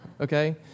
okay